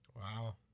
Wow